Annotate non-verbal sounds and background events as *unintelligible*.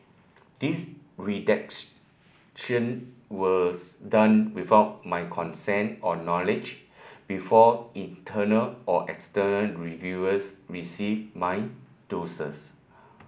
this *unintelligible* was done without my consent or knowledge before internal or external reviewers received my dossiers